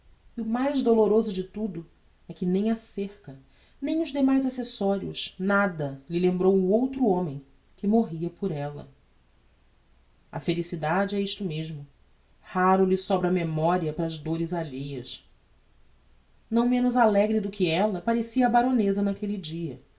e o mais doloroso de tudo é que nem a cerca nem os demais accessorios nada lhe lembrou o outro homem que morria por ella a felicidade é isto mesmo raro lhe sobra memoria para as dores alheias não menos alegre do que ella parecia a baroneza naquelle dia